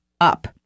up